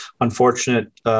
unfortunate